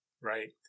right